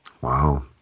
Wow